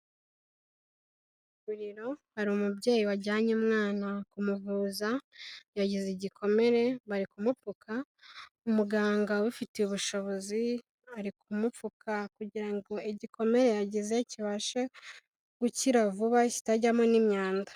Ivuriro, hari umubyeyi wajyanye umwana kumuvuza yagize igikomere bari kumupfuka, umuganga ubifitiye ubushobozi ari kumupfuka kugira ngo igikomere yagize kibashe gukira vuba kitajyamo n'imyanda.